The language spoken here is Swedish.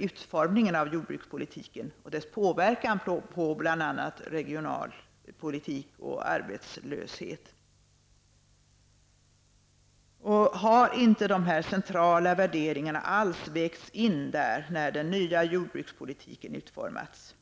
utformningen av jordbrukspolitiken och dess påverkan på bl.a. regionalpolitik och arbetslöshet. Har inte de centrala värderingarna alls vägts in, när den nya jordbrukspolitiken utformades?